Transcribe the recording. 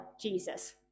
Jesus